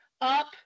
up